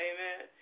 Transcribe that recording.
Amen